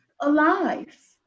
alive